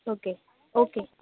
okay okay